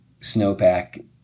snowpack